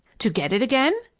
to get it again?